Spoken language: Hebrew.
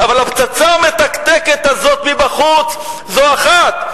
אבל הפצצה המתקתקת הזאת מבחוץ זו אחת,